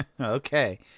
Okay